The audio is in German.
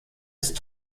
ist